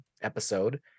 episode